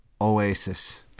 Oasis